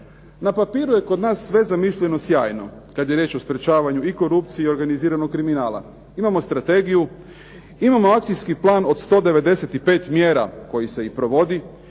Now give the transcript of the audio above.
Na papiru je kod nas sve zamišljeno sjajno, kada je riječ i o sprječavanju korupcije i organiziranog kriminala. Imamo strategiju imamo akcijski plan od 195 mjera koji se i provodi,